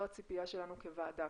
זו הציפייה שלנו כוועדה.